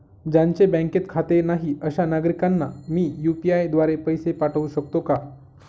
ज्यांचे बँकेत खाते नाही अशा नागरीकांना मी यू.पी.आय द्वारे पैसे पाठवू शकतो का?